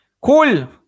Cool